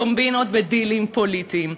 קומבינות ודילים פוליטיים.